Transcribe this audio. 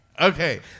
Okay